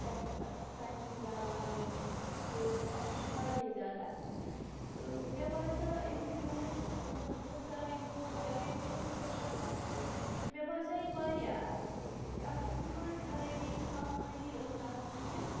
پٮ۪ٹھ ژَمہِ سۭتۍ رَلان یہِ فیس واش یہِ چھُ واریاہ زیادٕ اَصٕل تہٕ مےٚ باسیو اَمیُک یوٗز مطلب بہٕ چھَس کَران یہِ دۄہَس دۄیہِ لَٹہِ یوٗز صُبَس شامَس تہٕ مےٚ باسیو یہِ واریاہ اَصٕل تہٕ اَتھ ٲس نہٕ کانٛہہ خرٲبی کانٛہہ خٲمی ٲس نہٕ اَتھ کِہیٖنۍ